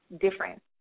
different